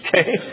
Okay